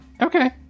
Okay